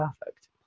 perfect